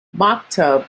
maktub